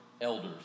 elders